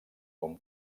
com